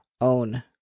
own